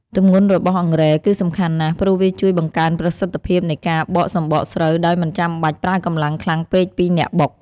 ទម្ងន់របស់អង្រែគឺសំខាន់ណាស់ ព្រោះវាជួយបង្កើនប្រសិទ្ធភាពនៃការបកសម្បកស្រូវដោយមិនចាំបាច់ប្រើកម្លាំងខ្លាំងពេកពីអ្នកបុក។